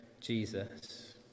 Jesus